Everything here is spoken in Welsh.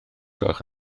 gwelwch